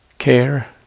care